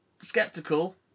skeptical